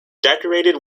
decorated